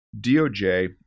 DOJ